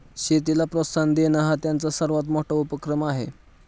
शेतीला प्रोत्साहन देणे हा त्यांचा सर्वात मोठा उपक्रम आहे